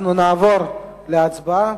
נעבור להצבעה.